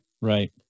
Right